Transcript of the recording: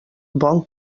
bon